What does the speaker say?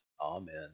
amen